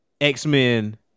X-Men